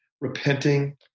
repenting